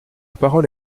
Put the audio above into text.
parole